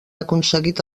aconseguit